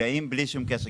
נפגעים בלי שום קשר.